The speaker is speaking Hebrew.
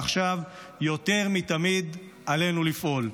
ועכשיו יותר מתמיד עלינו לפעול.